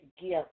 gift